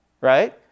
Right